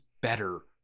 better